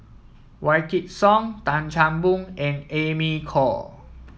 Wykidd Song Tan Chan Boon and Amy Khor